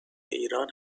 ایران